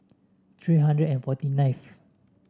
three hundred and forty ninth